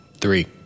Three